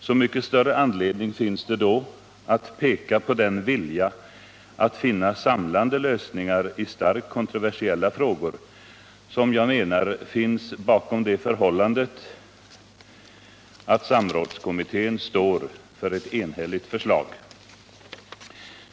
Så mycket större anledning finns det då att peka på den vilja att finna samlande lösningar i starkt kontroversiella frågor, som jag menar finns bakom det förhållandet att samrådskommittén står för ett enhälligt förslag.